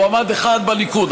מועמד אחד בליכוד,